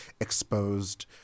exposed